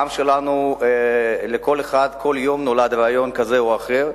בעם שלנו לכל אחד, כל יום, נולד רעיון כזה או אחר.